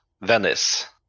Venice